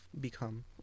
become